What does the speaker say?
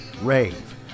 rave